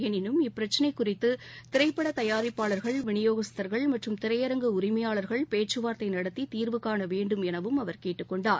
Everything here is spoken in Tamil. எளினும் இப்பிரச்சினை குறித்து திரைப்பட தயாரிப்பாளர்கள் விநியோகஸ்தர்கள் மற்றும் திரையரங்க உரிமையாளர்கள் பேச்சுவார்த்தை நடத்தி தீர்வு காண வேண்டும் எனவும் அவர் கேட்டுக் கொண்டார்